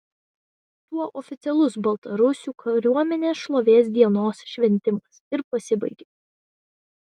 tuo oficialus baltarusių kariuomenės šlovės dienos šventimas ir pasibaigė